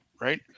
right